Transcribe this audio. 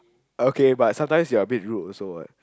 okay but sometimes you're a bit rude also what